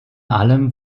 allem